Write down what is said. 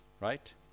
right